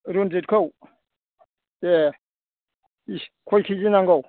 रनजितखौ ए इस खय किजि नांगौ